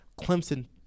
Clemson